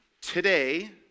Today